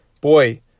Boy